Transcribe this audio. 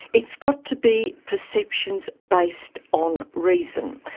it's got to be perceptions based on reason.